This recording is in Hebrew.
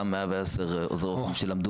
מה יהיה המעמד של אותם עוזרי רופא שלמדו?